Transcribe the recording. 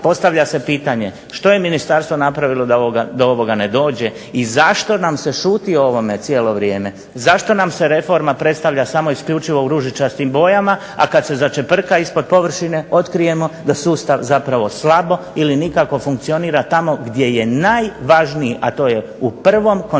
postavlja se pitanje što je ministarstvo napravilo da do ovoga ne dođe, i zašto nam se šuti o ovome cijelo vrijeme? Zašto nam se reforma predstavlja samo isključivo u ružičastim bojama, a kad se začeprka ispod površine otkrijemo da sustav zapravo slabo ili nikako funkcionira tamo gdje je najvažniji, a to je u prvom kontaktu